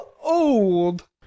old